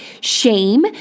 shame